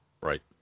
right